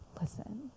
Listen